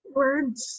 words